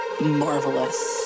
marvelous